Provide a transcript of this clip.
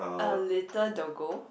a little doggo